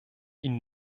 ihn